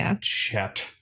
chat